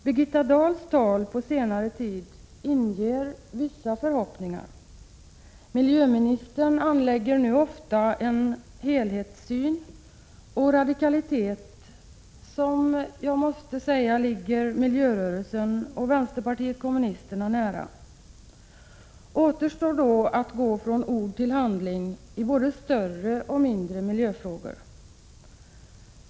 Birgitta Dahls tal på senare tid inger vissa förhoppningar. Miljöministern anlägger nu ofta en helhetssyn och en radikalitet som jag måste säga ligger miljörörelsen och vänsterpartiet kommunisterna nära. Det återstår då att gå från ord till handling, i både större och mindre miljöfrågor.